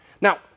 Now